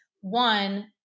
One